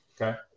Okay